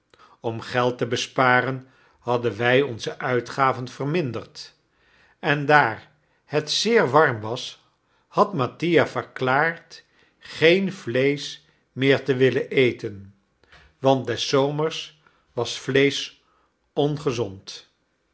om geld te besparen hadden wij onze uitgaven verminderd en daar het zeer warm was had mattia verklaard geen vleesch meer te willen eten want des zomers was vleesch ongezond